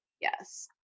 Yes